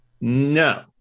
No